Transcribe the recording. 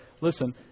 Listen